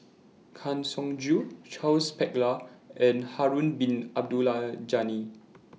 Kang Siong Joo Charles Paglar and Harun Bin Abdul Ghani